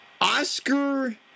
Oscar